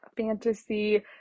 fantasy